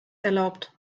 erlaubt